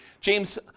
James